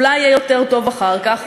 אולי יהיה יותר טוב אחר כך,